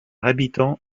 habitant